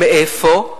מאיפה?